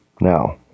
Now